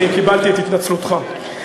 אני קיבלתי את התנצלותך.